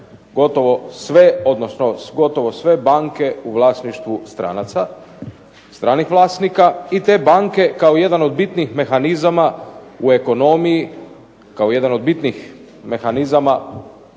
gotovo sve, odnosno gotovo sve banke u vlasništvu stranaca, stranih vlasnika. I te banke kao jedan od bitnih mehanizama u ekonomiji, nema još boljega